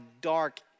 dark